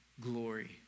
glory